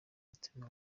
mutima